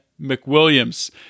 McWilliams